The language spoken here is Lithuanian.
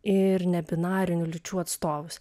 ir ne binarinių lyčių atstovus